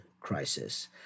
crisis